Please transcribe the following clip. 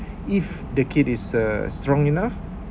if the kid is uh strong enough